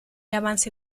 avance